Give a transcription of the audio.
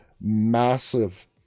massive